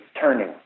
turning